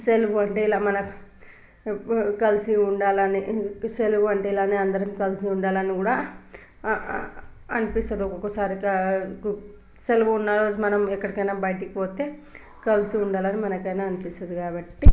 సెలవు అంటే ఇలా మన కలిసి ఉండాలనే సెలవు అంటే ఇలానే అందరం కలిసి ఉండాలని కూడా అనిపిస్తుంది ఒక్కొక్కసారి కా కు సెలవు ఉన్న రోజు మనం ఎక్కడికైనా బయటికి పోతే కలిసి ఉండాలని మనకైనా అనిపిస్తుంది కాబట్టి